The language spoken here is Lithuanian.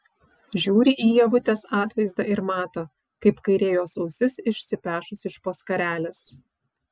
žiūri į ievutės atvaizdą ir mato kaip kairė jos ausis išsipešus iš po skarelės